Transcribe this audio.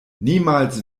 niemals